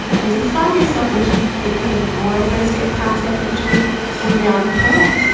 and if you find yourself wishing you could get even more thursday content each week will now you can.